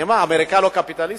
אמריקה לא קפיטסליסטית,